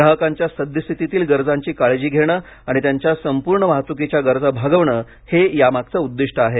ग्राहकांच्या सद्यस्थितील गरजांची काळजी घेणे आणि त्यांच्या संपूर्ण वाहतुकीच्या गरजा भागविणे हे यामागचे उद्दीष्ट आहे